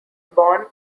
born